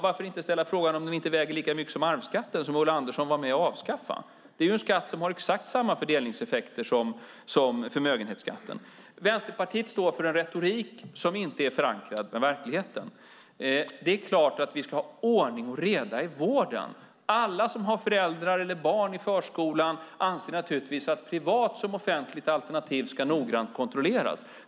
Varför inte ställa frågan om den inte väger lika mycket som arvsskatten, som Ulla Andersson var med och avskaffade? Det är en skatt som har exakt samma fördelningseffekter som förmögenhetsskatten. Vänsterpartiet står för en retorik som inte är förankrad i verkligheten. Det är klart att vi ska ha ordning och reda i vården. Alla som har föräldrar eller barn i förskolan anser naturligtvis att såväl privat som offentligt alternativ ska kontrolleras noggrant.